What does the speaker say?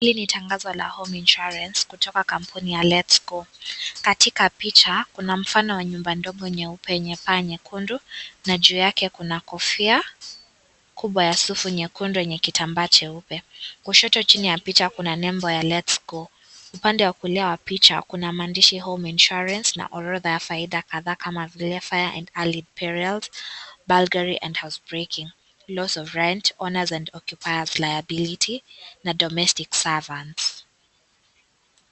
Hili ni tangazo la home insurance kutoka kampuni ya let's go. Katika picha kuna mfano wa nyumba ndogo nyeupe yenye paa nyekundu na juu yake kuna kufia kubwa yenye sufu nyekundu yenye kitambaa cheupe. Kushoto chini ya picha kuna nembo ya lets go. Upande wa kulia wa picha kuna maandishi home insurance na orodha ya faida kadhaa kama vile fire and allied perils, bulgery and house breaking, loss of rent, owners and occupier's liability na domestic servants